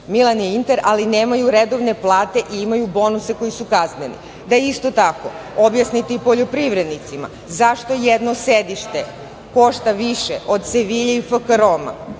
„Milan“ i „Inter“, ali nemaju redovne plate i imaju bonuse koji su kasnili. Da isto tako objasnite i poljoprivrednicima zašto jedno sedište košta više od „Sevilje“ i FD „Roma“,